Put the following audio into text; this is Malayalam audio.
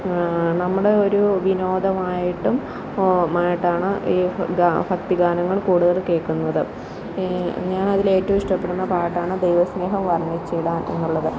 നമ്മുടെ ഒരു വിനോദമായിട്ടും മായിട്ടാണ് ഈ ഗാ ഭക്തിഗാനങ്ങൾ കൂടുതൽ കേൾക്കുന്നത് ഞാൻ അതിൽ ഏറ്റവും ഇഷ്ടപ്പെടുന്ന പാട്ടാണ് ദൈവസ്നേഹം വർണ്ണിച്ചിടാൻ എന്നുള്ളത്